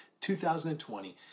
2020